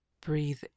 Breathe